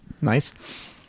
Nice